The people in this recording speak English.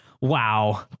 Wow